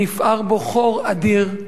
נפער בו חור אדיר.